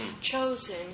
chosen